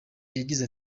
yagize